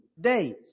days